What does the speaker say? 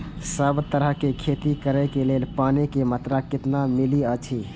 सब तरहक के खेती करे के लेल पानी के मात्रा कितना मिली अछि?